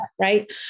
Right